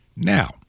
Now